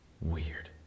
Weird